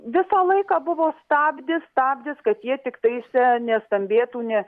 visą laiką buvo stabdis stabdis kad jie tiktais nestambėtų ne